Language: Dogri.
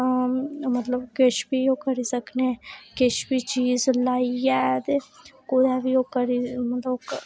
मतलब किश बी ओह् करी सकने किश बी चीज़ लाइयै ते ओह्दा बी ओह् करी